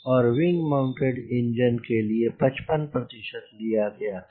और wing mounted engine के लिए 55 प्रतिशत लिया गया था